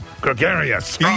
Gregarious